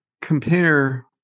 compare